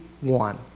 one